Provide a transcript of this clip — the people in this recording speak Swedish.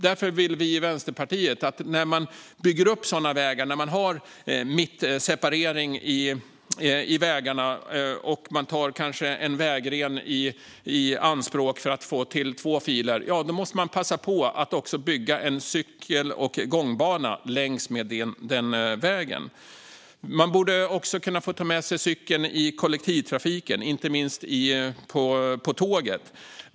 Därför vill Vänsterpartiet att man när man bygger vägar med mittseparering och kanske tar en vägren i anspråk för att få till två filer måste passa på och också bygga en cykel och gångbana längs med vägen. Man borde också kunna få ta med sig cykeln i kollektivtrafiken, inte minst på tåg.